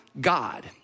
God